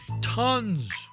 Tons